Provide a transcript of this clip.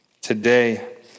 Today